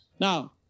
Now